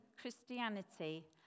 Christianity